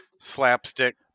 slapstick